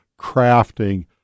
crafting